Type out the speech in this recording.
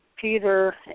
Peter